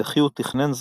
וכי הוא תכנן זאת